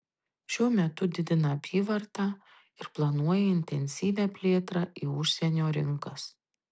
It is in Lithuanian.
šiuo metu didina apyvartą ir planuoja intensyvią plėtrą į užsienio rinkas